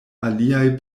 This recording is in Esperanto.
aliaj